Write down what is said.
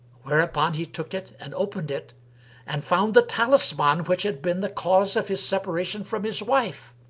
whereupon he took it and opened it and found the talisman which had been the cause of his separation from his wife.